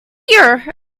dear